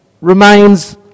remains